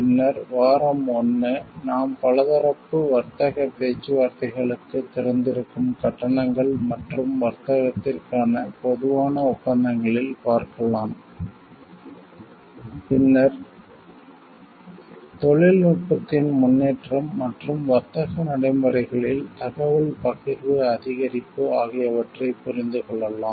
பின்னர் வாரம் 1 நாம் பலதரப்பு வர்த்தக பேச்சுவார்த்தைகளுக்கு திறந்திருக்கும் கட்டணங்கள் மற்றும் வர்த்தகத்திற்கான பொதுவான ஒப்பந்தங்களில் பார்க்கலாம் பின்னர் தொழில்நுட்பத்தின் முன்னேற்றம் மற்றும் வர்த்தக நடைமுறைகளில் தகவல் பகிர்வு அதிகரிப்பு ஆகியவற்றைப் புரிந்து கொள்ளலாம்